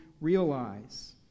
realize